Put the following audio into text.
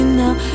now